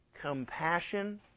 compassion